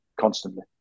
constantly